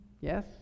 Yes